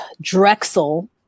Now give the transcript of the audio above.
Drexel